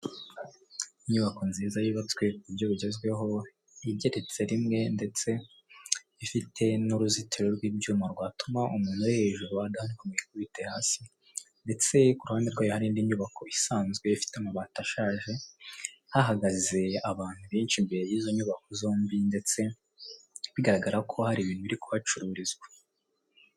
Inyubako nziza yubatswe ku buryo bugezweho, igeretse rimwe, ndetse ifite n'uruzitiro rw'ibyuma rwatuma umuntu wo hejuru adahanuka ngo yikubite hasi, ndetse ku ruhande rwayo hari indi nyubako isanzwe ifite amabati ashaje, hahagaze abantu benshi imbere y'izo nyubako zombi, ndetse bigaragara ko hari ibintu biri kuhacururizwa.